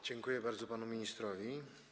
Dziękuję bardzo panu ministrowi.